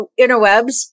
interwebs